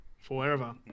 Forever